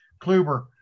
kluber